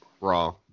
Raw